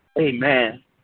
Amen